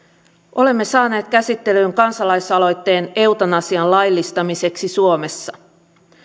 olemme saaneet käsittelyyn kansalaisaloitteen eutanasian laillistamiseksi suomessa